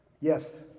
Yes